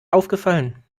aufgefallen